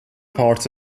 parts